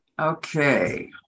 Okay